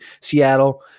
Seattle